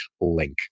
link